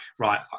right